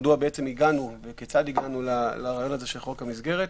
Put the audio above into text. מדוע וכיצד הגענו לרעיון של חוק המסגרת.